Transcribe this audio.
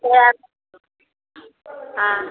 थोड़ा हाँ